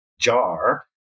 jar